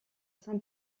saint